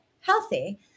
healthy